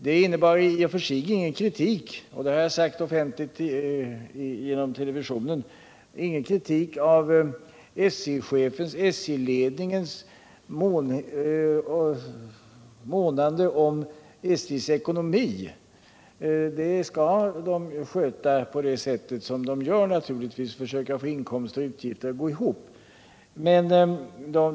Detta innebar i och för sig ingen kritik — det har jag sagt offentligt genom televisionen — av SJ-ledningens månande om SJ:s ekonomi. SJ-ledningen skall naturligtvis, som man gör, försöka få inkomster och utgifter att gå ihop.